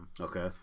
Okay